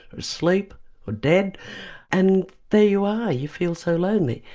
asleep or dead and there you are, you feel so lonely.